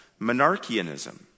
monarchianism